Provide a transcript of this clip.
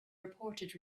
reported